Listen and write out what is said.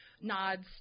nods